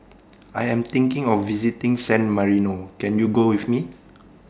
I Am thinking of visiting San Marino Can YOU Go with Me